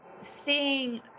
seeing